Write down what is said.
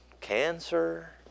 cancer